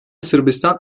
sırbistan